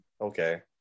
okay